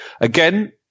Again